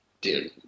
Dude